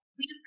Please